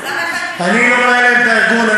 אז למה אתה, אני לא מנהל את הארגון.